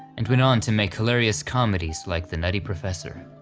and went on to make hilarious comedies like the nutty professor.